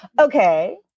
Okay